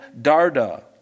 Darda